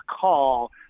call